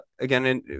again